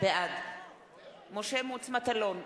בעד משה מטלון,